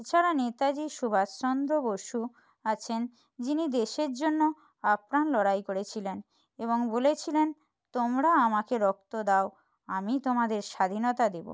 এছাড়া নেতাজি সুভাষচন্দ্র বসু আছেন যিনি দেশের জন্য আপ্রাণ লড়াই করেছিলেন এবং বলেছিলেন তোমরা আমাকে রক্ত দাও আমি তোমাদের স্বাধীনতা দেবো